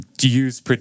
use